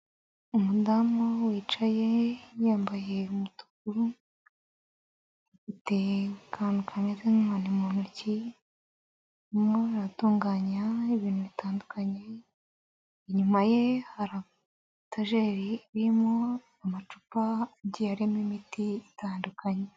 Umudamu wicaye yambaye umutuku, afite akantu kameze nk'inkoni mu ntoki ,arimo aratunganya ibintu bitandukanye, inyuma ye hari etageri irimo amacupa agiye arimo imiti itandukanye.